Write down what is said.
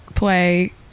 play